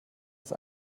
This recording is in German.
ist